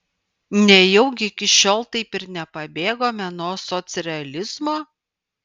nejaugi iki šiol taip ir nepabėgome nuo socrealizmo